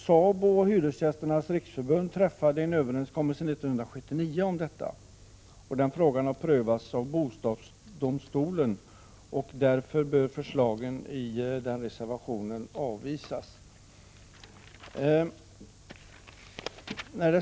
SABO och Hyresgästernas riksförbund träffade 1979 en överenskommelse om detta, och den frågan har prövats av bostadsdomstolen. Därför bör förslagen i reservationen avvisas.